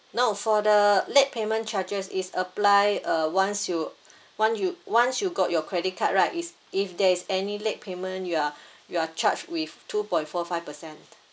no for the late payment charges is apply uh once you one you once you got your credit card right is if there is any late payment you are you are charged with two point four five percent